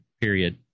period